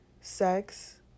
sex